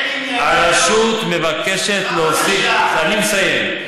אני מסיים.